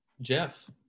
Jeff